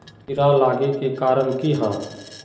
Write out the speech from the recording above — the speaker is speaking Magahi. कीड़ा लागे के कारण की हाँ?